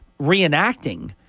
reenacting